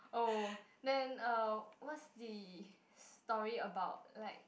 oh then uh what's the story about like